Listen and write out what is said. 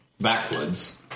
backwards